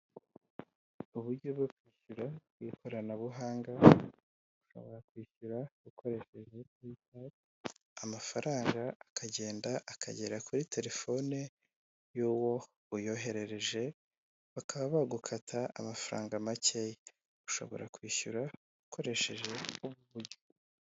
Uburyo bwo kugura bw'ikoranabuhanga ushobora kwishyura ukoresheje peyipali amafaranga akagenda akagera kuri telefone y'uwo uyoherereje, bakaba bagukata amafaranga makeya ushobora kwishyura ukoresheje ubwo buryo.